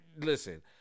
Listen